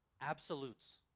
absolutes